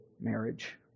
marriage